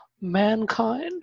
mankind